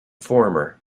former